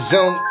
Zoom